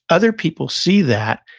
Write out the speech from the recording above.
other people see that,